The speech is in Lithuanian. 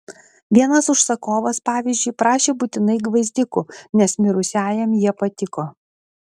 vienas užsakovas pavyzdžiui prašė būtinai gvazdikų nes mirusiajam jie patiko